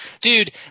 Dude